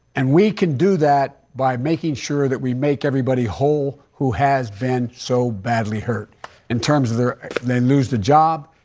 and we can do that by making sure that we make everybody whole who has been so badly hurt in terms of their they lose the job,